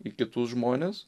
į kitus žmones